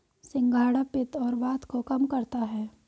सिंघाड़ा पित्त और वात को कम करता है